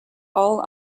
all